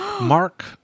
Mark